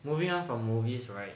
moving on from movies right